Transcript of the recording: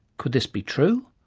could this be true?